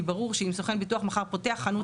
כי ברור שאם סוכן ביטוח מחר פותח חנות